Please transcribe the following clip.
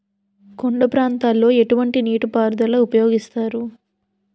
కొండ ప్రాంతాల్లో ఎటువంటి నీటి పారుదల ఉపయోగిస్తారు?